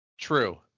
True